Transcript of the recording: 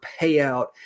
payout